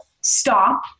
stop